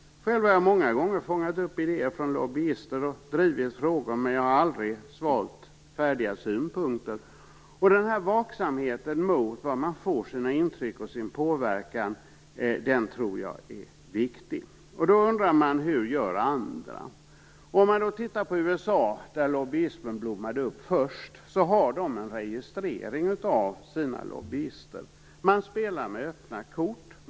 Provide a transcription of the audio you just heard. Själv har jag många gånger fångat upp idéer från lobbyister och drivit frågor. Men har aldrig svalt färdiga synpunkter. Denna vaksamhet mot varifrån man får sina intryck och sin påverkan är viktig. Då undrar man: Hur gör andra? Om man tittar på USA, där lobbyismen blommade upp först, har man där en registrering av sina lobbyister. Man spelar med öppna kort.